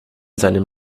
seinem